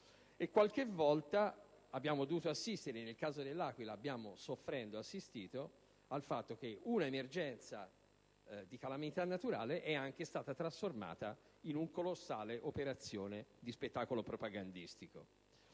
qualche volta abbiamo dovuto assistere - nel caso dell'Aquila abbiamo soffrendo assistito - al fatto che un'emergenza di carattere naturale è stata anche trasformata in una colossale operazione di spettacolo propagandistico.